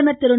பிரதமர் திரு